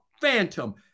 Phantom